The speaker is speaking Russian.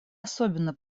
особенно